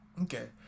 Okay